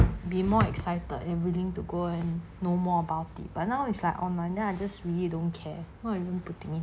be more excited everything to go and know more about it but now it's like online then I just really don't care not even putting in